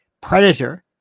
predator